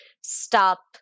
stop